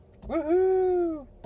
Woohoo